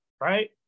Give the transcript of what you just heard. right